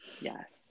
Yes